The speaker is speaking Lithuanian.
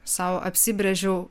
sau apsibrėžiau